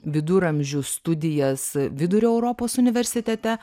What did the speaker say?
viduramžių studijas vidurio europos universitete